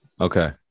Okay